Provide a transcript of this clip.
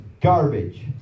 garbage